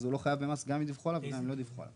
הוא לא חייב במס גם אם דיווחו עליו וגם אם לא דיווחו עליו.